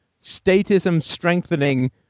statism-strengthening